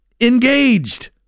engaged